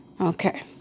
Okay